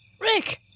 Rick